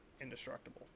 indestructible